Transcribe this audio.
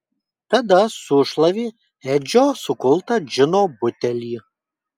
tada sušlavė edžio sukultą džino butelį